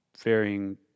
varying